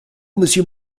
monsieur